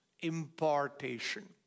importation